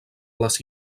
les